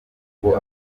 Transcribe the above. ngo